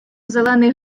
зелений